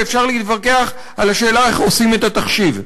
ואפשר להתווכח על השאלה איך עושים את התחשיב,